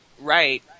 Right